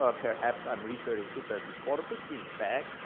ah perhaps i'm referring to turkish politics, in fact,